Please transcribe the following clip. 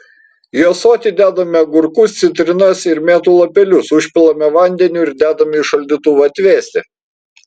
į ąsoti dedame agurkus citrinas ir mėtų lapelius užpilame vandeniu ir dedame į šaldytuvą atvėsti